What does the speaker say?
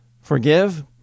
Forgive